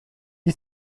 you